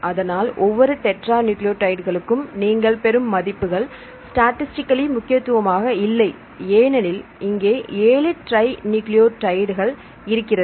அதனால் ஒவ்வொரு டெட்ரா நியூக்ளியோடைடுகளுக்கும் நீங்கள் பெரும் மதிப்புகள் ஸ்டதிஸ்டிகல்லி முக்கியத்துவமாக இல்லை ஏனெனில் இங்கே 7 ட்ரை நியூக்ளியோடைடு கள் இருக்கிறது